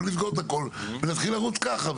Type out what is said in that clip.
בואו נסגור את הכל ונתחיל לרוץ ככה,